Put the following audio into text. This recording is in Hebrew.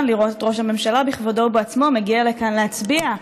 לראות את ראש הממשלה בכבודו ובעצמו מגיע לכאן להצביע,